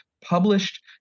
published